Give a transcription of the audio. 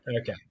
Okay